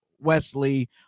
Wesley